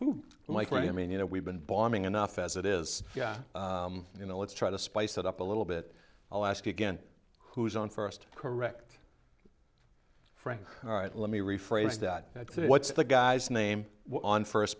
you like really i mean you know we've been bombing enough as it is you know let's try to spice it up a little bit i'll ask again who's on first correct frank all right let me rephrase that what's the guy's name on first